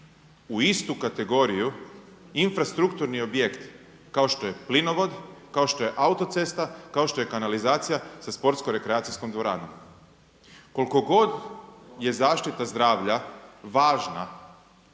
u istu kategoriju infrastrukturni objekt kao što je plinovod, kao što je autocesta, kao što je kanalizacija sa sportsko-rekreacijskom dvoranom. Koliko god je zaštita zdravlja važna